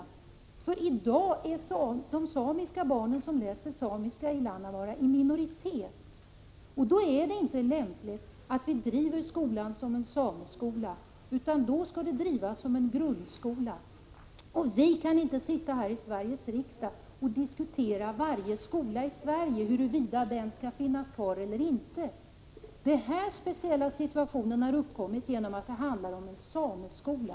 För i dag är de samiska barnen som läser samiska i Lannavaara i minoritet, och då är det inte lämpligt att vi driver skolan som en sameskola, utan då skall den drivas som en grundskola. Vi kan inte sitta här i Sveriges riksdag och diskutera varje skola i Sverige och besluta huruvida den skall finnas kvar eller inte. Den här speciella situationen har uppkommit genom att det handlar om en sameskola.